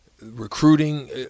recruiting